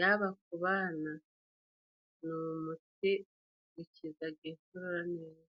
yaba ku bana, ni umuti ukizaga inkorora neza.